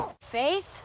Faith